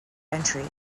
entry